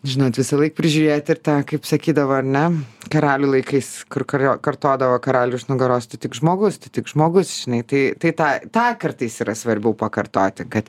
žinant visąlaik prižiūrėti ir tą kaip sakydavo ar ne karalių laikais kur kur kartodavo karaliui už nugaros tu tik žmogus tu tik žmogus žinai tai tai tą tą kartais yra svarbiau pakartoti kad